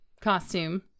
costume